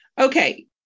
Okay